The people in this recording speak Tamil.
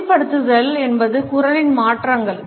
தகுதிபடுத்திகள் என்பவை குரலின் மாற்றங்கள்